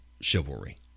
chivalry